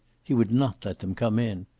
he would not let them come in.